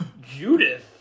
Judith